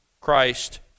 Christ